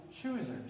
choosers